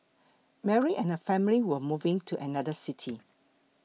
Mary and family were moving to another city